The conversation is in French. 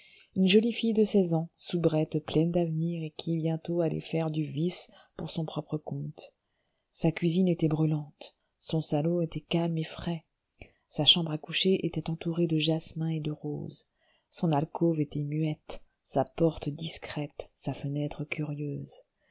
une jolie fille de seize ans soubrette pleine d'avenir et qui bientôt allait faire du vice pour son propre compte sa cuisine était brûlante son salon était calme et frais sa chambre à coucher était entourée de jasmins et de roses son alcôve était muette sa porte discrète sa fenêtre curieuse